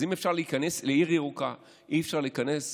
אז אם אפשר להיכנס לעיר ירוקה, אי-אפשר להיכנס